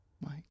Mike